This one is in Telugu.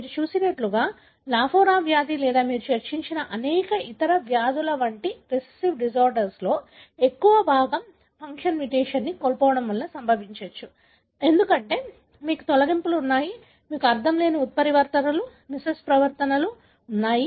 మీరు చూసినట్లుగా లాఫోరా వ్యాధి లేదా మీరు చర్చించిన అనేక ఇతర వ్యాధులు వంటి రిసెసివ్ డిజార్డర్లో ఎక్కువ భాగం ఫంక్షన్ మ్యుటేషన్ కోల్పోవడం వల్ల సంభవించవచ్చు ఎందుకంటే మీకు తొలగింపులు ఉన్నాయి మీకు అర్ధంలేని ఉత్పరివర్తనలు మిస్సెన్స్ ఉత్పరివర్తనలు ఉన్నాయి